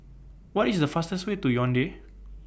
What IS The fastest Way to Yaounde